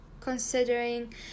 Considering